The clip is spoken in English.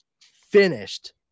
finished